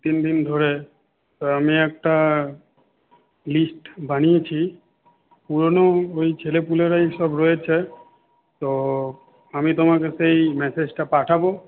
তিন দিন ধরে আমি একটা লিস্ট বানিয়েছি পুরনো ওই ছেলেপুলেরাই সব রয়েছে তো আমি তোমাকে সেই ম্যাসেজটা পাঠাবো